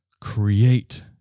Create